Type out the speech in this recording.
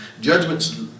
Judgment's